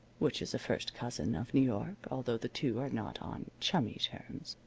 which is a first cousin of new york, although the two are not on chummy terms.